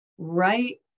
Right